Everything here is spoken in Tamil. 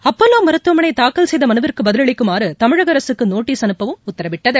அப்பல்லோ மருத்துவமனை தாக்கல் செய்த மனுவிற்கு பதிலளிக்குமாறு தமிழக அரசுக்கு நோட்டீஸ் அனுப்பவும் உத்தரவிட்டது